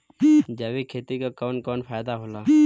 जैविक खेती क कवन कवन फायदा होला?